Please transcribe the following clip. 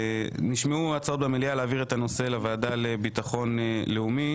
נשמעו הצעות במליאה להעביר את הנושא לוועדה לביטחון לאומי.